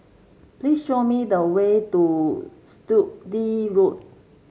please show me the way to Sturdee Road